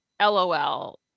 LOL